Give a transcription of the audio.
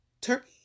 Turkey